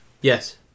yes